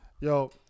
Yo